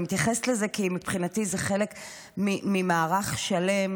אני מתייחסת לזה כי מבחינתי זה חלק ממערך שלם,